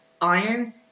Iron